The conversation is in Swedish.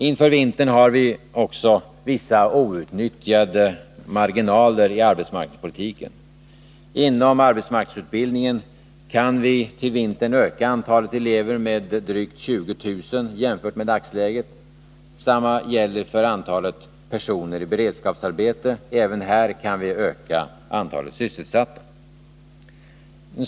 Inför vintern har vi vissa outnyttjade marginaler i arbetsmarknadspolitiken. Inom arbetsmarknadsutbildningen kan vi till vintern öka antalet elever med drygt 20000 jämfört med dagsläget. Samma gäller personer i beredskapsarbete. Även här kan vi öka antalet sysselsatta.